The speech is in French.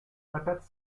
patates